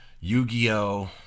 Yu-Gi-Oh